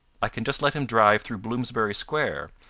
i can just let him drive through bloomsbury square,